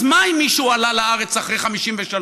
אז מה אם מישהו עלה לארץ אחרי 1953?